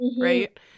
Right